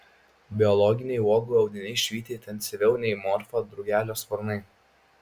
biologiniai uogų audiniai švyti intensyviau nei morfo drugelio sparnai